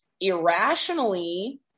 irrationally